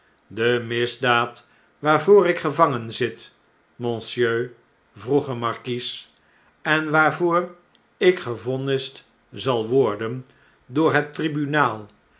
de misdaad waarvoor ik gevangen zit monsieur vroeger markies en waarvoor ik gevonnisd zal worden door het tribunaal